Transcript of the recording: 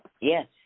Yes